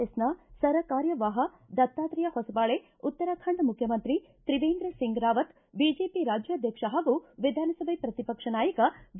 ಎಸ್ನ ಸರ ಕಾರ್ಯವಾಪ ದತ್ತುತ್ತೇಯ ಹೊಸಬಾಳೆ ಉತ್ತರಾಖಂಡ ಮುಖ್ಯಮಂತ್ರಿ ಕ್ರಿವೇಂದ್ರ ಸಿಂಗ್ ರಾವತ್ ಬಿಜೆಪಿ ರಾಜ್ಯಾಧ್ಯಕ್ಷರು ಹಾಗೂ ವಿಧಾನಸಭೆ ಪ್ರತಿ ಪಕ್ಷ ನಾಯಕ ಬಿ